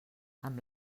amb